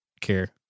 care